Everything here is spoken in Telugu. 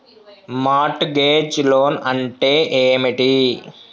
మార్ట్ గేజ్ లోన్ అంటే ఏమిటి?